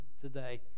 today